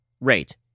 rate